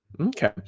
Okay